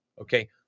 Okay